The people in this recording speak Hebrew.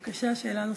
בבקשה, שאלה נוספת.